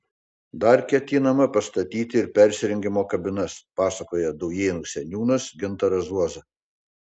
dar ketiname pastatyti ir persirengimo kabinas pasakoja daujėnų seniūnas gintaras zuoza